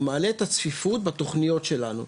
הוא מעלה את הצפיפות בתוכניות שלנו.